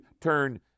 turn